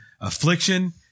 affliction